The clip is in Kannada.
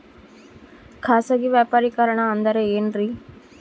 ಖಾಸಗಿ ವ್ಯಾಪಾರಿಕರಣ ಅಂದರೆ ಏನ್ರಿ?